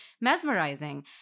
mesmerizing